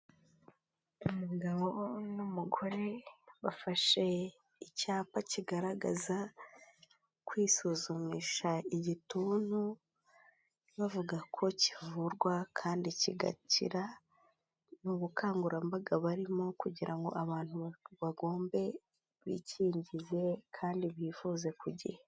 Umugabo n'umugore bafashe icyapa kigaragaza kwisuzumisha igituntu, bavuga ko kivurwa kandi kigakira mu bukangurambaga barimo kugira ngo abantu bagombe bikingi kandi bivu ku gihe.